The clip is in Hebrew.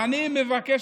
ואני מבקש,